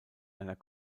einer